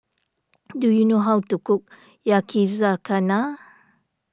do you know how to cook Yakizakana